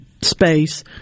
space